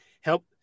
help